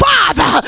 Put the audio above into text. Father